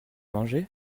mangé